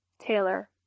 Taylor